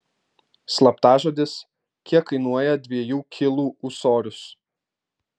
slaptažodis kiek kainuoja dviejų kilų ūsorius